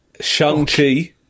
Shang-Chi